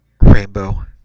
rainbow